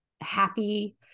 happy